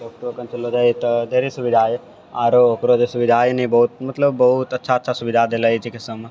doctor ओतऽ लए जाइ तऽ ढेरी सुविधा अछि आरो ओकरो जे सुविधा अछि ने मतलब बहुत अच्छा अच्छा सुविधा देले अछि चिकित्सामे